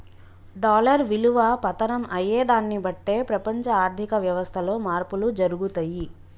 dollar విలువ పతనం అయ్యేదాన్ని బట్టే ప్రపంచ ఆర్ధిక వ్యవస్థలో మార్పులు జరుగుతయి